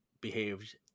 behaved